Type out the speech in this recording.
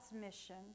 mission